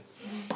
mmhmm